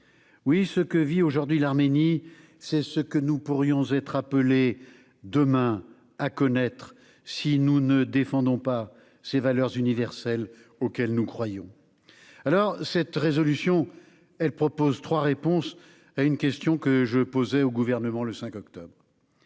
Oui, ce que vit aujourd'hui l'Arménie, c'est ce que nous pourrions être appelés, demain, à connaître, si nous ne défendons pas ces valeurs universelles auxquelles nous croyons. Cette proposition de résolution contient trois réponses à une question que j'ai posée au Gouvernement le 5 octobre